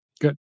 Good